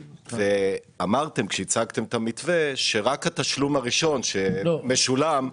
ואמרתם כשהצגתם את המתווה שרק התשלום הראשון שמשולם,